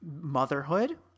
motherhood